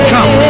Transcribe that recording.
Come